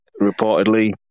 reportedly